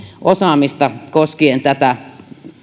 osaamista koskien tätä